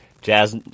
Jazz